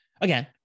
Again